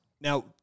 now